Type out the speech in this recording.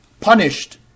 punished